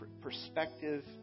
perspective